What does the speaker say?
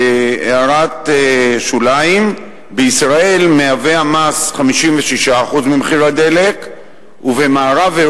בהערת שוליים: בישראל מהווה המס 56% ממחיר הדלק ובמערב-אירופה